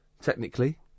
Technically